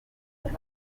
zari